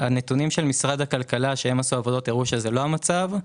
הנתונים של משרד הכלכלה הראו שזה לא המצב.